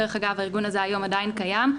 דרך אגב, הארגון הזה עדיין קיים היום.